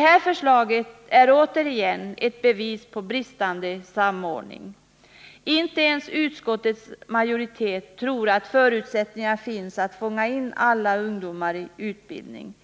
Här har vi återigen ett bevis på bristande samordning. Inte ens utskottets majoritet tror att förutsättningar finns att fånga in alla ungdomar i utbildning.